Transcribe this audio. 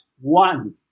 one